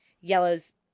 Yellow's